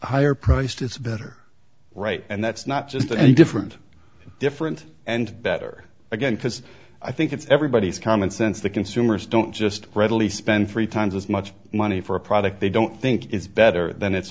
higher priced it's better right and that's not just any different different and better again because i think it's everybody's common sense that consumers don't just readily spend three times as much money for a product they don't think is better than it